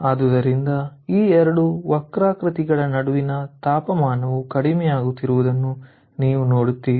ಆದ್ದರಿಂದ ಈ 2 ವಕ್ರಾಕೃತಿಗಳ ನಡುವಿನ ತಾಪಮಾನವು ಕಡಿಮೆಯಾಗುತ್ತಿರುವುದನ್ನು ನೀವು ನೋಡುತ್ತೀರಿ